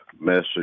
message